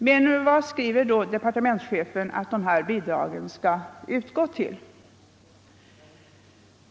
Men vad säger då departementschefen att de här bidragen skall utgå till?